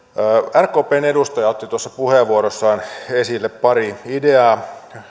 rkpn edustaja otti puheenvuorossaan esille pari ideaa